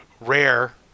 rare